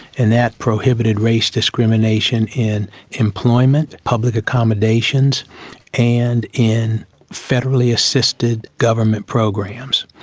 and that prohibited race discrimination in employment, public accommodations and in federally assisted government programs.